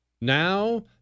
Now